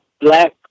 Black